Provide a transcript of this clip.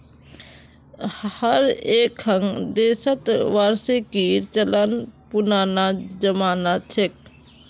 हर एक्खन देशत वार्षिकीर चलन पुनना जमाना छेक